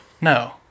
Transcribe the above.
No